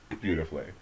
beautifully